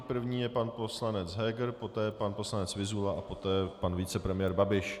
První je pan poslanec Heger, poté pan poslanec Vyzula a poté pan vicepremiér Babiš.